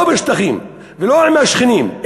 לא בשטחים ולא עם השכנים,